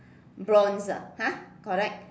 bronze ah !huh! correct